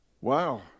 wow